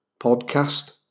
podcast